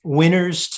winners